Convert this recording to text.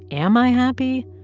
am i happy?